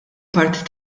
parti